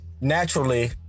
naturally